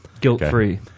guilt-free